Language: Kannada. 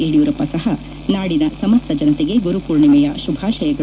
ಯಡಿಯರೂಪ್ಪ ಸಹ ನಾಡಿನ ಸಮಸ್ತ ಜನತೆಗೆ ಗುರು ಪೂರ್ಣಿಮೆಯ ಶುಭಾಶಯಗಳು